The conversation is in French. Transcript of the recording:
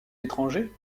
étranger